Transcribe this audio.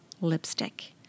lipstick